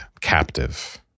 captive